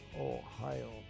Ohio